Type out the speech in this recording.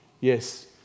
Yes